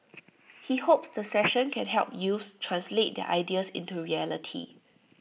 he hopes the session can help youths translate their ideas into reality